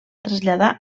traslladar